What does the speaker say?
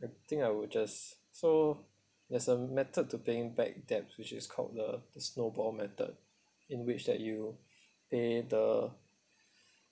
the thing I would just so there's a method to paying back debts which is called the the snowball method in which that you pay the